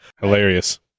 Hilarious